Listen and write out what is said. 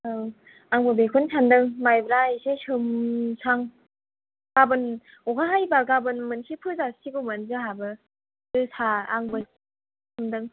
औ आंबो बेखौनो सानदों मायब्रा एसे सोमसां गाबोन अखा हायोबा गाबोन मोनसे फोजासिगौ मोन जोंहाबो जोसा आंबो